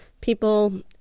people